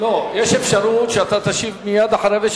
יש אפשרות שתשיב ישר אחריו,